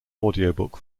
audiobook